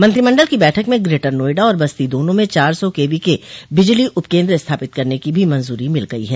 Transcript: मंत्रिमंडल की बैठक में ग्रेटर नोएडा और बस्ती दोनों में चार सौ केवी के बिजली उपकेन्द्र स्थापित करने की भी मंजूरी मिल गई है